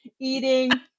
eating